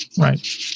Right